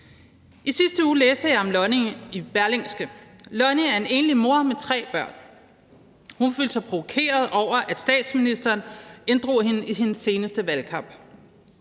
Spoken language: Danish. I sidste uge læste jeg om Lonnie i Berlingske. Lonnie er en enlig mor med tre børn, og hun følte sig provokeret over, at statsministeren inddrog hende i sin seneste valgkamp.